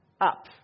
up